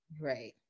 Right